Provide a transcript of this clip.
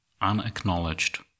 unacknowledged